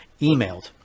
emailed